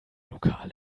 lokal